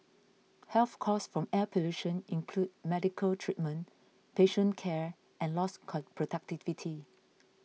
health costs from air pollution include medical treatment patient care and lost productivity